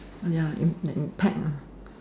ya you mean that impact ah